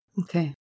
Okay